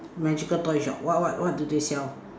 magical toy shop what what what do they sell